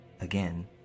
Again